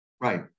Right